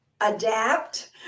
adapt